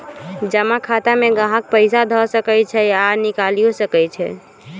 जमा खता में गाहक पइसा ध सकइ छइ आऽ निकालियो सकइ छै